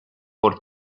por